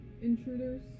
intruders